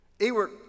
Ewart